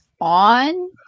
on